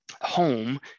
home